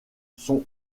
son